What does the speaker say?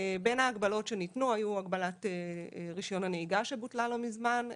בין ההגבלות שניתנו היו הגבלת רישיון הנהיגה שבוטלה לא מזמן,